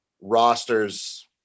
rosters